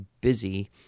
busy